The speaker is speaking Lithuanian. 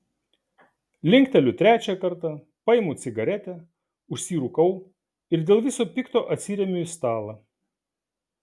linkteliu trečią kartą paimu cigaretę užsirūkau ir dėl viso pikto atsiremiu į stalą